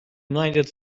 united